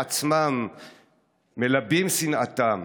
בעצמם מלבים שנאתם,